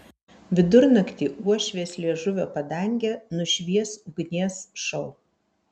vidurnaktį uošvės liežuvio padangę nušvies ugnies šou